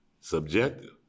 subjective